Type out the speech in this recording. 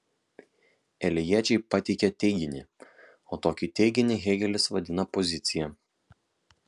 elėjiečiai pateikė teiginį o tokį teiginį hėgelis vadina pozicija